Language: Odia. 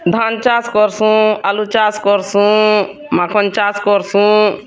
ଧାନ୍ ଚାଷ୍ କର୍ସୁଁ ଆଲୁ ଚାଷ୍ କର୍ସୁଁ ମାଖନ୍ ଚାଷ୍ କର୍ସୁଁ